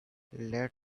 let